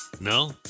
No